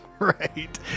Right